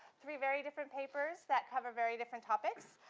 three very different papers that cover very different topics,